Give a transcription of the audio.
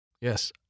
Yes